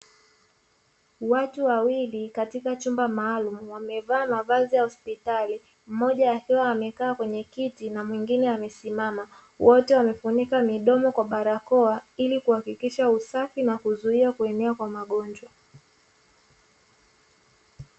Watu wawili katika chumba maalumu wamevaa mavazi ya hospitali, mmoja akiwa amekaa kwenye kiti na mwingine amesimama, wote wamefunika midomo kwa barakoa ili kuhakikisha usafi na kuzuia kuenea kwa magonjwa.